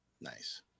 nice